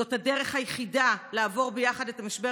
זאת הדרך היחידה לעבור ביחד את משבר